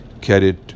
carried